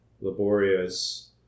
laborious